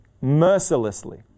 mercilessly